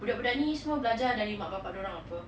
budak-budak ni semua belajar dari mak bapa dorang [pe]